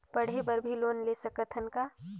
पढ़े बर भी लोन ले सकत हन का?